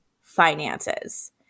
finances